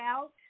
out